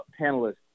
panelists